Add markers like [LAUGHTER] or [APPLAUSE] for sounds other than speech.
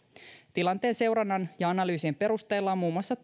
tilanteen seurannan ja analyysien perusteella on muun muassa [UNINTELLIGIBLE]